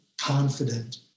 confident